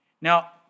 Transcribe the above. Now